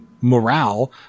morale